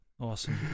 Awesome